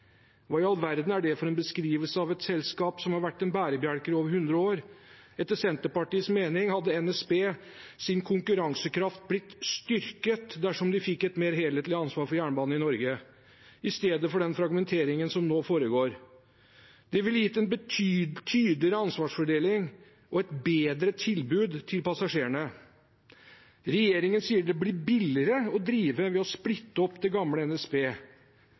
Hva i all verden er det for en beskrivelse av et selskap som har vært en bærebjelke i over hundre år? Etter Senterpartiets mening hadde NSBs konkurransekraft blitt styrket dersom de fikk et mer helhetlig ansvar for jernbanen i Norge, i stedet for den fragmenteringen som nå foregår. Det ville gitt en tydeligere ansvarsfordeling og et bedre tilbud til passasjerene. Regjeringen sier det blir billigere å drive ved å splitte opp det gamle NSB.